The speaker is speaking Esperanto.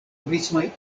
turismaj